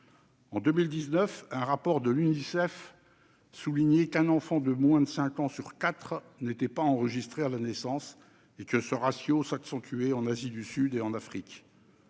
En 2019, un rapport de l'Unicef soulignait qu'un enfant de moins de 5 ans sur quatre n'était pas enregistré à la naissance et que ce ratio s'accentuait en Asie du Sud et en Afrique.